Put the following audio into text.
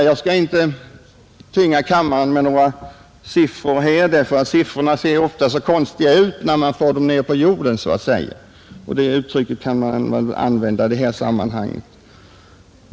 Jag skall inte tynga kammaren med några siffror, ty siffror ser ofta så konstiga ut när man får ner dem på jorden så att säga; det uttrycket kan man väl använda i detta sammanhang.